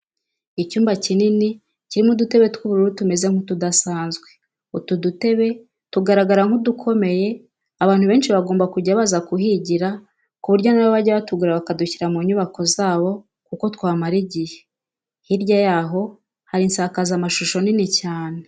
Icyumba kinini kirimo udutebe tw'ubururu tumeze nk'utudasanzwe, utu dutebe tugaragara nk'udukomeye, abantu benshi bagomba kujya baza kuhigira ku buryo na bo bajya batugura bakadushyira mu nyubako zabo kuko twamara igihe. Hirya yaho hari insakazamashusho nini cyane.